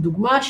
לדוגמה,